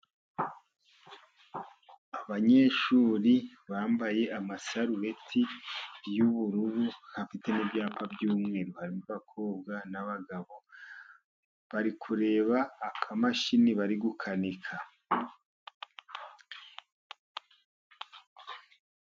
Abanyeshuri bambaye amasarureti y'ubururu afite n'ibyapa by'umweru harimo abakobwa n'abagabo, bari kureba akamashini bari gukanika.